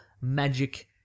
magic